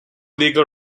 legal